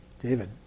David